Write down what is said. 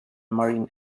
marine